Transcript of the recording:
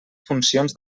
funcions